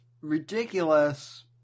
ridiculous